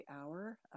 hour